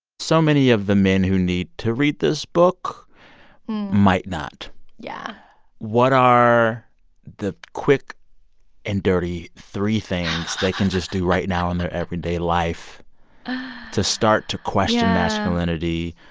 so many of the men who need to read this book might not yeah what are the quick and dirty three things they can just do right now in their everyday life to start to question masculinity.